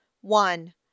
one